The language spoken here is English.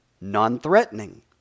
non-threatening